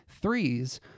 threes